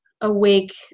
awake